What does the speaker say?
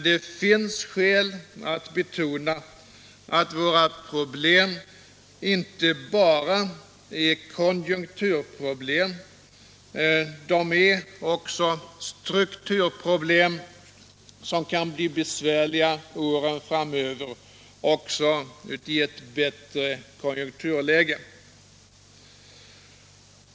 Det finns emellertid skäl att betona att våra problem inte bara är konjunkturproblem. De är också strukturproblem som kan bli besvärliga under åren framöver, även i ett bättre konjunkturläge.